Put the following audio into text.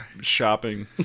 shopping